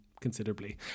Considerably